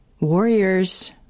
Warriors